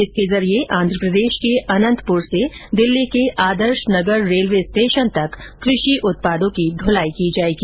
इसके जरिए आंधप्रदेश के अनंतपुर से दिल्ली के आदर्श नगर रेलवे स्टेशन तक कृषि उत्पादों की ढुलाई की जाएगी